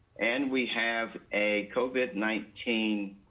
and we have a covid nineteen